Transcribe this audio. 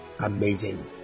amazing